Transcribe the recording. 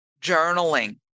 journaling